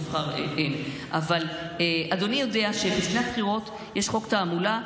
אבל אדוני יודע שלפני הבחירות יש חוק תעמולה,